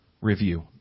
review